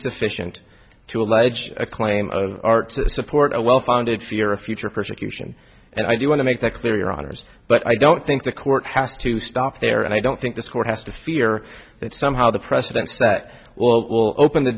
sufficient to allege a claim of art to support a well founded fear of future persecution and i do want to make that clear your honour's but i don't think the court has to stop there and i don't think this court has to fear that somehow the precedent set well will open the